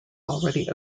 already